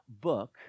book